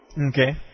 Okay